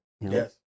yes